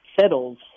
settles